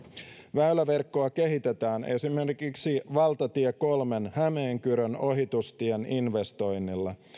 väyläverkkoa kehitetään esimerkiksi valtatien kolmen hämeenkyrön ohitustien investoinneilla